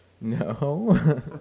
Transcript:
No